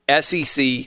SEC